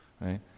right